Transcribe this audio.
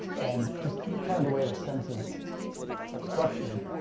and just the kind of the way the senses are structured,